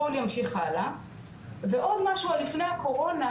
בואו נמשיך הלאה ועוד משהו על לפני הקורונה,